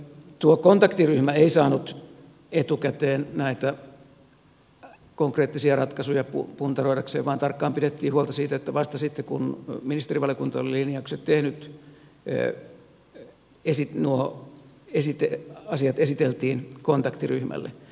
tuo kontaktiryhmä ei saanut etukäteen näitä konkreettisia ratkaisuja puntaroidakseen vaan tarkkaan pidettiin huolta siitä että vasta sitten kun ministerivaliokunta oli linjaukset tehnyt nuo esiteasiat esiteltiin kontaktiryhmälle